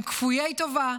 הם כפויי טובה,